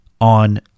on